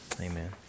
amen